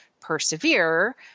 persevere